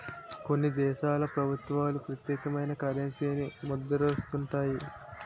కొన్ని దేశాల ప్రభుత్వాలు ప్రత్యేకమైన కరెన్సీని ముద్రిస్తుంటాయి